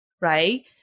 right